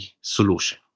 solution